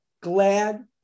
glad